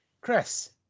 Chris